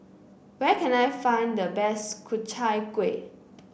where can I find the best Ku Chai Kuih